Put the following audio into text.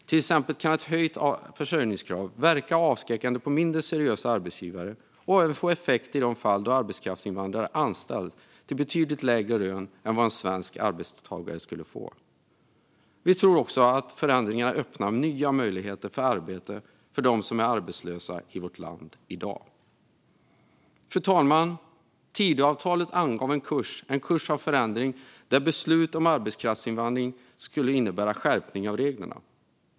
Till exempel kan ett höjt försörjningskrav verka avskräckande på mindre seriösa arbetsgivare och även få effekt i de fall då arbetskraftsinvandrare anställs till betydligt lägre lön än vad en svensk arbetstagare skulle få. Vi tror också att förändringarna öppnar nya möjligheter för arbete för dem som är arbetslösa i vårt land i dag. Fru talman! Tidöavtalet angav en kurs för förändring där beslut om arbetskraftsinvandring skulle innebära skärpning av reglerna.